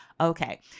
Okay